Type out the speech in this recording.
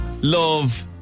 love